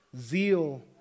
Zeal